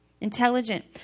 Intelligent